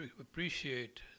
appreciate